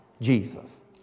Jesus